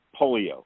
polio